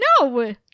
no